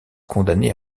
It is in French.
condamné